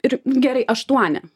ir gerai aštuoni